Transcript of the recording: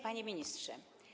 Panie Ministrze!